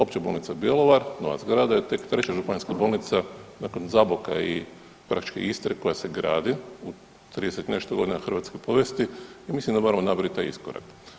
Opća bolnica Bjelovar, nova zgrada je tek 3. županijska bolnica nakon Zaboka i ... Istre koja se gradi u 30 i nešto godina hrvatske povijesti i mislim da moramo napraviti taj iskorak.